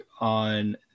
on